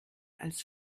als